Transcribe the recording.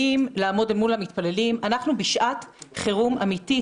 אנחנו בשעת חירום אמיתית.